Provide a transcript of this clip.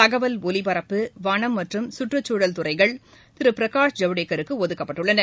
தகவல் ஒலிபரப்பு வனம் மற்றும் கற்றுச்சூழல் துறைகள் திரு பிரகாஷ் ஜவடேகருக்கு ஒதுக்கப்பட்டுள்ளன